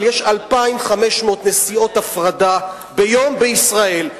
אבל יש 2,500 נסיעות הפרדה ביום בישראל.